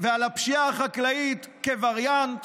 ועל הפשיעה החקלאית כווריאנט.